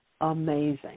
amazing